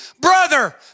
brother